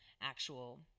actual